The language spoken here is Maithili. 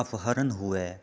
अपहरण हुए